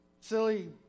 silly